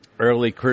Early